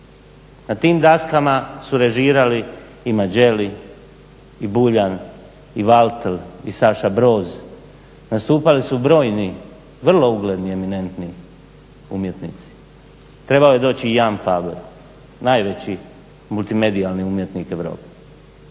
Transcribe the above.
Na tim daskama su režirali i Mađeli, i Buljan i Valt i Saša Broz, nastupali su brojni, vrlo ugledni, eminentni umjetnici. Trebao je doći i Juan Pablo najveći multimedijalni umjetnik Europe